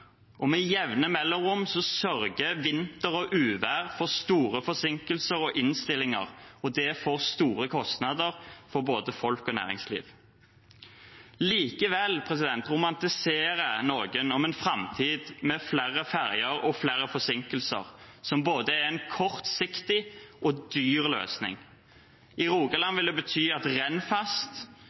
Med jevne mellomrom sørger vinter og uvær for store forsinkelser og innstillinger, og det får store kostnader for både folk og næringsliv. Likevel romantiserer noen om en framtid med flere ferjer og flere forsinkelser, som er en både kortsiktig og dyr løsning. I Rogaland vil det bety at Rennfast,